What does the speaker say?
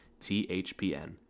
THPN